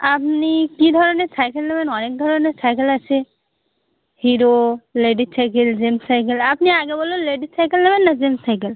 আমনি কী ধরনের সাইকেল নেবেন অনেক ধরনের সাইকেল আছে Hero ladies cycle gents cycle আপনি আগে বলুন লেডিস সাইকেল নেবেন না জেন্টস সাইকেল